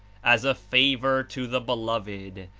as a favor to the beloved,